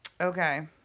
Okay